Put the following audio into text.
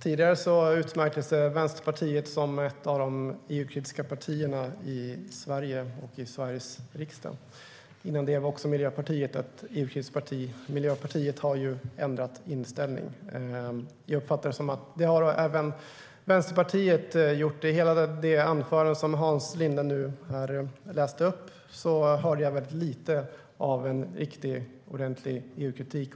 Tidigare utmärkte sig Vänsterpartiet som ett av de EU-kritiska partierna i Sverige och i Sveriges riksdag. Tidigare var också Miljöpartiet ett EU-kritiskt parti, men de har ändrat inställning. Jag uppfattar att det har även Vänsterpartiet gjort. I hela Hans Lindes anförande hörde jag väldigt lite av en riktig EU-kritik.